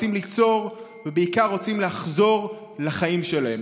רוצים ליצור ובעיקר רוצים לחזור לחיים שלהם.